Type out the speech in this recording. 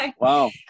wow